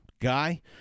guy